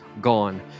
gone